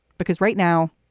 because right now,